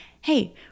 hey